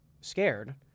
scared